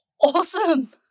awesome